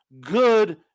good